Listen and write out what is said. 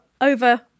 over